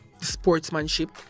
sportsmanship